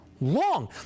long